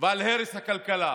ועל הרס הכלכלה,